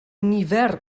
nifer